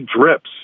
drips